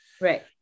Right